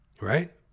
right